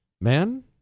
Man